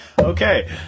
Okay